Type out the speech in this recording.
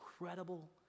incredible